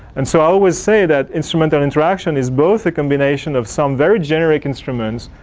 and so i always say that instrument and interaction is both a combination of some very generic instruments,